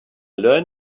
learned